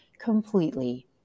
completely